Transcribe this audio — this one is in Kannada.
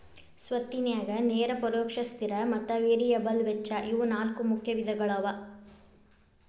ಸ್ವತ್ತಿನ್ಯಾಗ ನೇರ ಪರೋಕ್ಷ ಸ್ಥಿರ ಮತ್ತ ವೇರಿಯಬಲ್ ವೆಚ್ಚ ಇವು ನಾಲ್ಕು ಮುಖ್ಯ ವಿಧಗಳವ